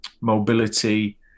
mobility